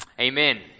Amen